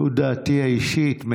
זאת דעתי האישית.